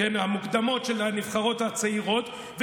המוקדמות של הנבחרות הצעירות,